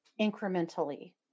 incrementally